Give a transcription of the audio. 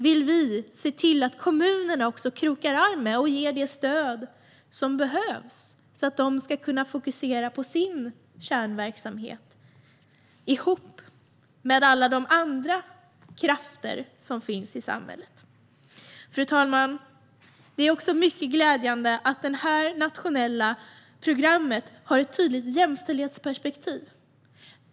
Vi vill att kommunerna krokar arm med dessa organisationer och ger det stöd som behövs för att de tillsammans med alla goda krafter i samhället ska kunna fokusera på sin kärnverksamhet. Fru talman! Det är också mycket glädjande att det nationella programmet har ett tydligt jämställdhetsperspektiv.